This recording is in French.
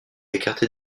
écarté